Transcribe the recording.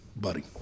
buddy